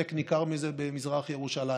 וחלק ניכר מזה, במזרח ירושלים,